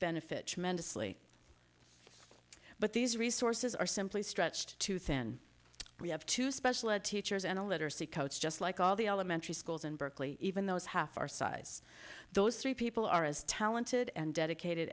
benefit tremendously but these resources are simply stretched too thin we have two special ed teachers and a literacy coach just like all the elementary schools in berkeley even though it's half our size those three people are as talented and dedicated